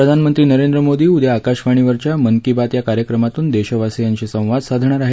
प्रधानमंत्री नरेंद्र मोदी उद्या आकाशवाणीवरच्या मन की बात या कार्यक्रमातून देशवासियांशी संवाद साधणार आहेत